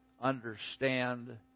understand